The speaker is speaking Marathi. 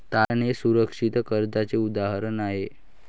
तारण हे सुरक्षित कर्जाचे उदाहरण आहे